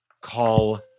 Call